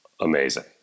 Amazing